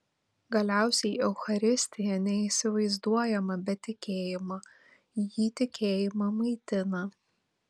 galiausiai eucharistija neįsivaizduojama be tikėjimo ji tikėjimą maitina